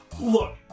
Look